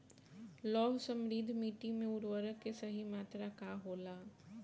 लौह समृद्ध मिट्टी में उर्वरक के सही मात्रा का होला?